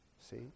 see